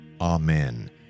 Amen